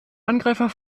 angreifer